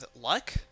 luck